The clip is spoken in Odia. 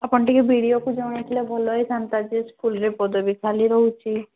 ଆପଣ ଟିକିଏ ବିଡ଼ିଓକୁ ଜଣେଇଥିଲେ ଭଲ ହେଇଥାନ୍ତା ସେ ସ୍କୁଲରେ ପଦବୀ ଖାଲି ରହୁଛି